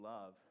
Love